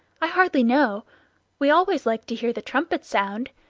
i hardly know we always liked to hear the trumpet sound,